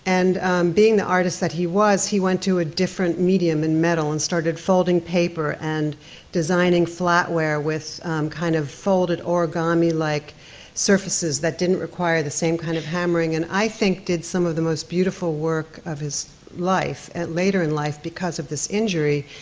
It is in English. and being the artist that he was, he went to a different medium than metal, and started folding paper, and designing flatware with kind of folded origami-like surfaces that didn'trequire the same kind of hammering, and, i think, did some of the most beautiful work of his life, and later in life, because of this injury,